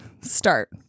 Start